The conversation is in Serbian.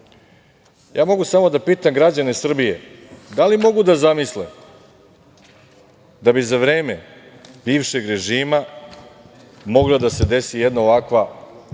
mogu samo da pitam građana Srbije, da li mogu da zamisle da bi za vreme bivšeg režima mogla da se desi jedna ovakva